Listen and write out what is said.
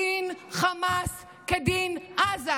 דין חמאס כדין עזה,